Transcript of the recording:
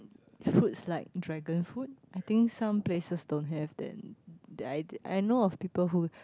fruits like dragon fruit I think some places don't have then that I I know of people who